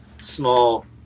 small